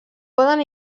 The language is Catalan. poden